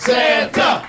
Santa